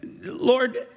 Lord